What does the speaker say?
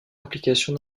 implication